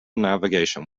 navigation